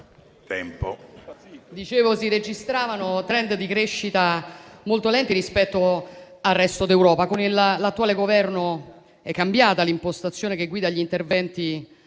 Dicevo che si registravano *trend* di crescita molto lenti rispetto al resto d'Europa. Ma con l'attuale Governo è cambiata l'impostazione che guida gli interventi